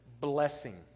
blessing